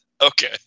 Okay